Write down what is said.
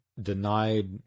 denied